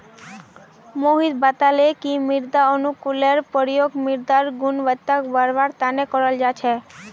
मोहित बताले कि मृदा अनुकूलककेर प्रयोग मृदारेर गुणवत्ताक बढ़वार तना कराल जा छेक